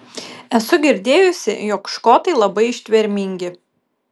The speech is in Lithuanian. esu girdėjusi jog škotai labai ištvermingi